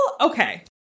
okay